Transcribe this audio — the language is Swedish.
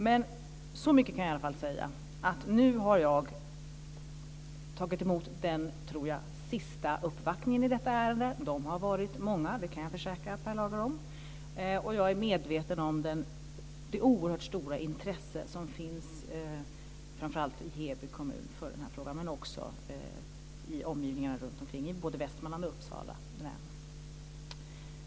Men så mycket kan jag i alla fall säga att jag tror att jag har tagit emot den sista uppvaktningen i detta ärende, och de har varit många, det kan jag försäkra Per Lager om, och jag är medveten om det oerhört stora intresse som finns framför allt i Heby kommun för denna fråga, men också i omgivningarna runtomkring, i både Västmanlands och Uppsala län.